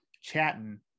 chatting